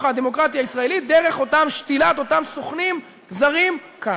הדמוקרטיה הישראלית דרך שתילת אותם סוכנים זרים כאן,